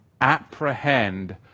apprehend